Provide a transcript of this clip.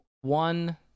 one